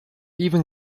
even